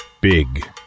Big